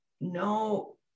no